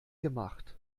gemacht